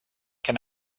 can